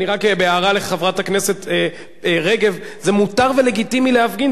רק בהערה לחברת הכנסת רגב: זה מותר ולגיטימי להפגין.